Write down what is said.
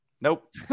Nope